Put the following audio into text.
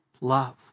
love